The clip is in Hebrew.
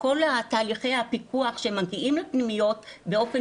בכל תהליכי הפיקוח שמגיעים לפנימיות באופן